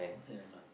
ya lah